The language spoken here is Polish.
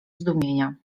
zdumienia